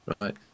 right